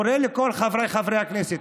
אני קורא לכל חבריי חברי הכנסת,